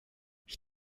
ich